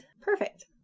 Perfect